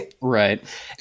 right